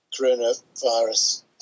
coronavirus